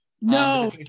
No